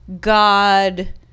god